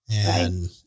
And-